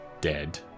dead